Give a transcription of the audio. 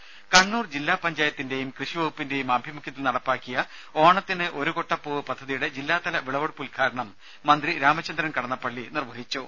ദേദ കണ്ണൂർ ജില്ലാ പഞ്ചായത്തിന്റെയും കൃഷി വകുപ്പിന്റെയും ആഭിമുഖ്യത്തിൽ നടപ്പാക്കിയ ഓണത്തിന് ഒരു കൊട്ട പൂവ് പദ്ധതിയുടെ ജില്ലാതല വിളവെടുപ്പ് ഉദ്ഘാടനം മന്ത്രി രാമചന്ദ്രൻ കടന്നപള്ളി നിർവ്വഹിച്ചു